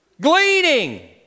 gleaning